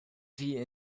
sie